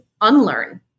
unlearn